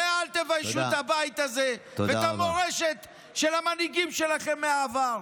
ואל תביישו את הבית הזה ואת המורשת של המנהיגים שלכם מהעבר.